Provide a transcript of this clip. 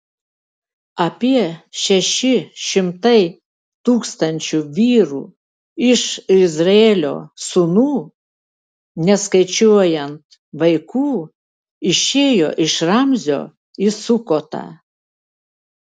apie šeši šimtai tūkstančių vyrų iš izraelio sūnų neskaičiuojant vaikų išėjo iš ramzio į sukotą